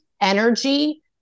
energy